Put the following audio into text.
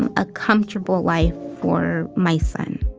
and a comfortable life for my son.